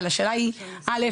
אבל השאלה היא א',